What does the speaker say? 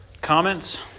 comments